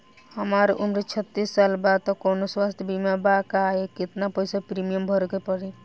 हमार उम्र छत्तिस साल बा त कौनों स्वास्थ्य बीमा बा का आ केतना पईसा प्रीमियम भरे के पड़ी?